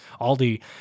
Aldi